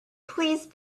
please